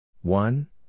One